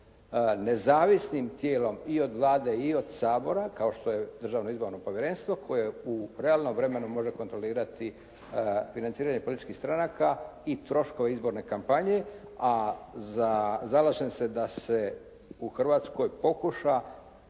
nezavisnim tijelom i od Vlade i od Sabora kao što je Državno izborno povjerenstvo koje u realnom vremenu može kontrolirati financiranje političkih stranaka i troškove izborne kampanje, a zalažem se da se u Hrvatskoj pokuša